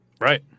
Right